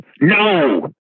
no